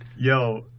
Yo